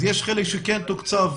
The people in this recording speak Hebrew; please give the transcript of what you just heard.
אז יש חלק שכן תוקצב,